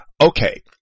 Okay